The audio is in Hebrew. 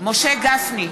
משה גפני,